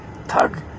thug